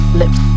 lips